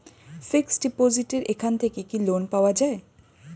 Fix ডিপোজিটের এখান থেকে কি লোন পাওয়া যায়?